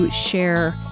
share